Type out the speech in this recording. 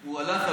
הוא הלך,